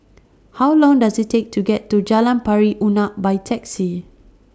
How Long Does IT Take to get to Jalan Pari Unak By Taxi